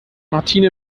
martine